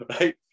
right